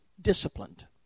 disciplined